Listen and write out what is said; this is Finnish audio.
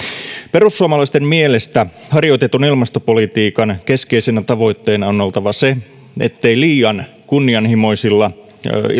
perussuomalaisten mielestä harjoitetun ilmastopolitiikan keskeisenä tavoitteena on oltava se ettei liian kunnianhimoisilla